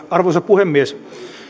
arvoisa puhemies